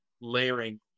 layering